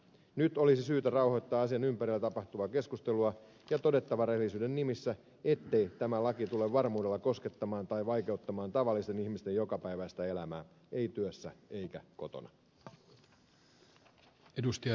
nyt olisi syytä rauhoittaa asian ympärillä käytävää keskustelua ja todettava rehellisyyden nimissä ettei tämä laki tule varmuudella koskettamaan tai vaikeuttamaan tavallisten ihmisten jokapäiväistä elämää ei työssä eikä kotona